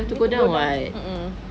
need to go down mmhmm